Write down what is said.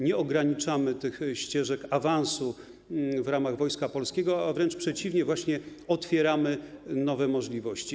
Nie ograniczamy ścieżek awansu w ramach Wojska Polskiego, a wręcz przeciwnie, właśnie otwieramy nowe możliwości.